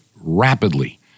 rapidly